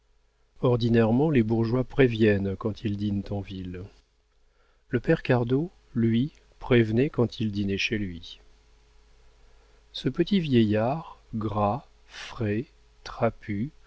ordinairement les bourgeois préviennent quand ils dînent en ville le père cardot lui prévenait quand il dînait chez lui ce petit vieillard gras frais trapu